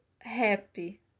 happy